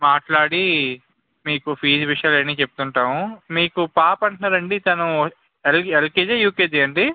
మాట్లాడి మీకు ఫీజ్ విషయాలు అన్నీ చెప్తుంటాము మీకు పాప అంటున్నారు అండి తను ఎల్ ఎల్కేజా యూకేజా అండి